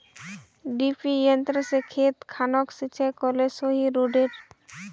डिरिपयंऋ से खेत खानोक सिंचाई करले सही रोडेर?